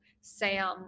Sam